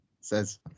says